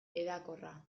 hedakorra